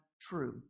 true